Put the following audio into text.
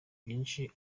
byinshi